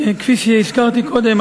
כפי שהזכרתי קודם,